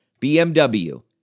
BMW